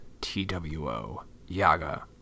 TWOYaga